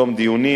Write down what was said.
בתום דיונים,